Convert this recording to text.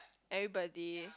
everybody